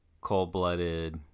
cold-blooded